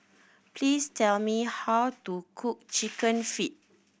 please tell me how to cook Chicken Feet